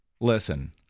Listen